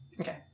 Okay